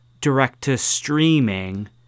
direct-to-streaming